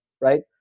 right